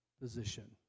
position